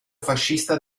fascista